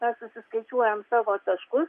mes susiskaičiuojam savo taškus